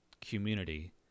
community